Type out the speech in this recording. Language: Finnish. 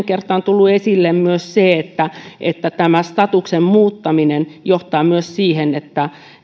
kertaan tullut esille myös se että että tämä statuksen muuttaminen johtaa myös siihen että